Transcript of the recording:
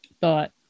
thought